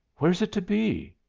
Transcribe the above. where's it to be?